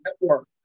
Network